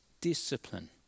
discipline